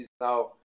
now